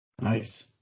Nice